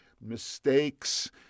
mistakes